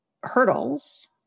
hurdles